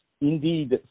indeed